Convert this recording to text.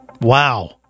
Wow